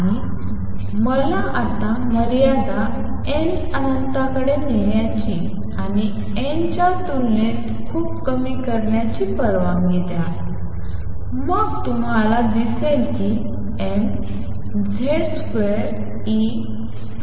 आणि मला आता मर्यादा n अनंततेकडे नेण्याची आणि n च्या तुलनेत खूप कमी करण्याची परवानगी द्या मग तुम्हाला दिसेल की mZ2e432202h2n2τn4